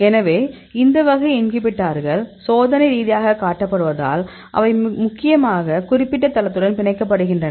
எனவே இந்த வகை இன்ஹிபிட்டார்கள் சோதனை ரீதியாகக் காட்டப்படுவதால் அவை முக்கியமாக குறிப்பிட்ட தளத்துடன் பிணைக்கப்படுகின்றன